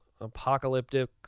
apocalyptic